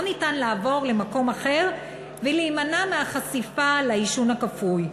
ניתן לעבור למקום אחר ולהימנע מהחשיפה לעישון הכפוי.